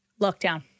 Lockdown